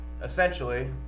essentially